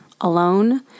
alone